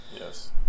yes